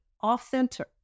off-center